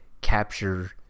capture